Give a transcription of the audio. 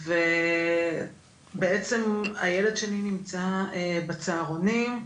ובעצם הילד שלי נמצא בצהרונים,